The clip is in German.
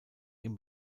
ihm